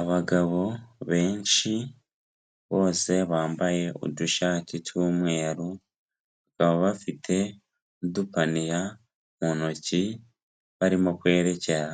Abagabo benshi, bose bambaye udushati tw'umweru, bakaba bafite n'udupaniya mu ntoki, barimo kwerekera